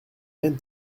hent